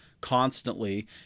constantly